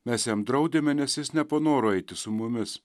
mes jam draudėme nes jis nepanoro eiti su mumis